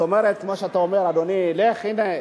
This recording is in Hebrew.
זאת אומרת, כמו שאתה אומר, אדוני, לך, הנה,